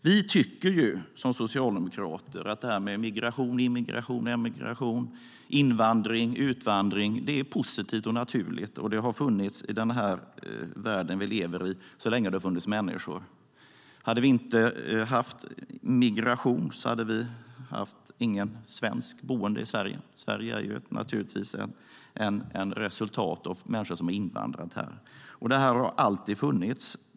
Vi tycker som socialdemokrater att migration, immigration, emigration, invandring och utvandring är positivt och naturligt. Det har funnits i den värld vi lever i så länge det har funnits människor. Hade vi inte haft migration hade vi inte haft någon svensk boende i Sverige. Sverige är naturligtvis ett resultat av människor som invandrat hit. Detta har alltid funnits.